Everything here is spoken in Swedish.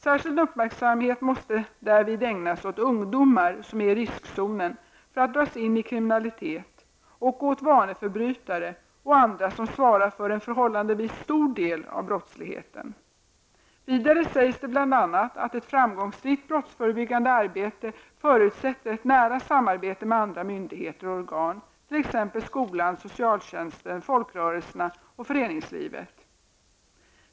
Särskild uppmärksamhet måste därvid ägnas åt ungdomar som är i riskzonen för att dras in i kriminalitet och åt vaneförbrytare och andra som svarar för en förhållandevis stor del av brottsligheten. Vidare sägs det bl.a. att ett framgångsrikt brottsförebyggande arbete förutsätter ett nära samarbete med andra myndigheter och organ, t.ex. skolan, socialtjänsten, folkrörelserna och föreningslivet.